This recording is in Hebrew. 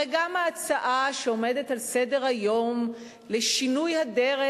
הרי גם ההצעה שעומדת על סדר-היום לשינוי הדרך